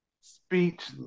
speech